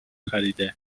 خریده